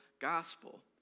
gospel